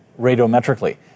radiometrically